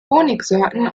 honigsorten